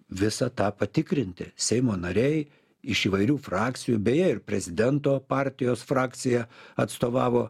visą tą patikrinti seimo nariai iš įvairių frakcijų beje ir prezidento partijos frakcija atstovavo